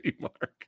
mark